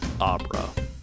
Opera